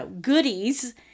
goodies